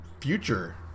future